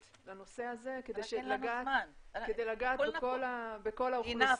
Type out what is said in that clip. לנושא הזה כדי לגעת בכל האוכלוסיות.